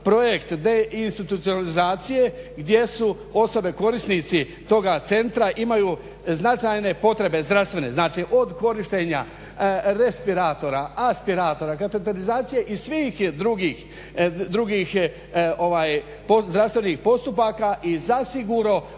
projekt deinstitucionalizacije gdje su osobe korisnici toga centra imaju značajne potrebe zdravstvene, znači od korištenja respiratora, aspiratora, kateterizacije i svih drugih zdravstvenih postupaka i zasigurno